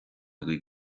agaibh